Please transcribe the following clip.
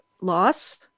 loss